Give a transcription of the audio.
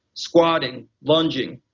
squatting, lounging,